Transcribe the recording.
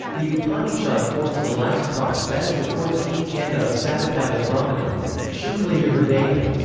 the upanishad forms the last part, that is the fourteenth kanda of satapatha brahmana of shukla yajurveda.